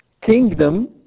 kingdom